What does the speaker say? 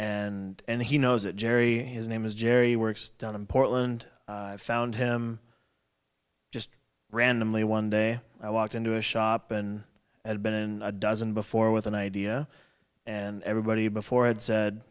and he knows that jerry his name is jerry works down in portland i found him just randomly one day i walked into a shop and had been a dozen before with an idea and everybody before had said